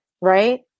right